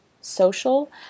social